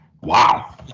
Wow